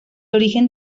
origen